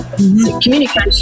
Communication